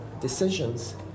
decisions